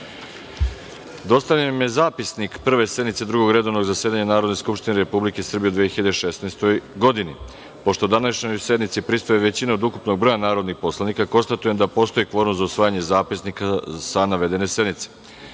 vam je zapisnik Prve sednice Drugog redovnog zasedanja Narodne skupštine Republike Srbije u 2016. godini. Pošto današnjoj sednici prisustvuje većina od ukupnog broja narodnih poslanika, konstatujem da postoji kvorum za usvajanje zapisnika sa navedene